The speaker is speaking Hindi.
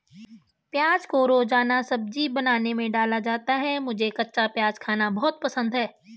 प्याज को रोजाना सब्जी बनाने में डाला जाता है मुझे कच्चा प्याज खाना बहुत पसंद है